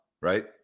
right